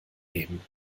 leben